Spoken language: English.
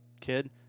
kid